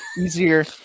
easier